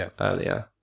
earlier